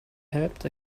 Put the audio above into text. helped